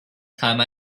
time